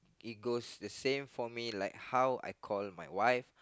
it goes the same for me like how I call me wife